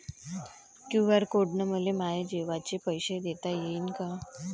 QR code न मले माये जेवाचे पैसे देता येईन का?